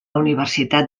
universitat